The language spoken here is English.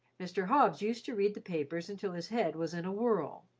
mr. hobbs used to read the papers until his head was in a whirl,